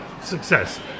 success